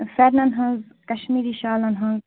پھٮ۪رنن ہِنٛزۍ کشمیٖری شالن ہٕنٛزۍ